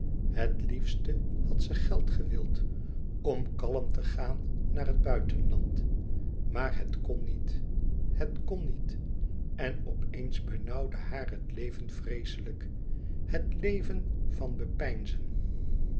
het liefste had ze geld gewild om kalm te gaan naar het buitenland maar het kon niet het kon niet en op eens benauwde haar het leven vreeslijk het leven van bepeinzen